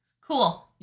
Cool